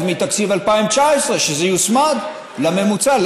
אז מתקציב 2019 שזה יוצמד לממוצע.